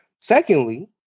Secondly